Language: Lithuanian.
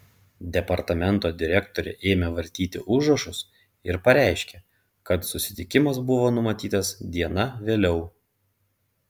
departamento direktorė ėmė vartyti užrašus ir pareiškė kad susitikimas buvo numatytas diena vėliau